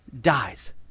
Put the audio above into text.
dies